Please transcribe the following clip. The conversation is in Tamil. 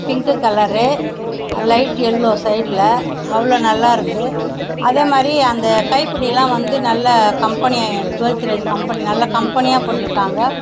பிங்க்கு கலரு லைட் எல்லோ சைடில் அவ்வளோ நல்லா இருக்குது அதே மாதிரி அந்த கைப்புடியெலாம் வந்து நல்ல கம்பெனி கோத்ரேஜ் கம்பெனி நல்ல கம்பெனியாக போட்டிருக்காங்க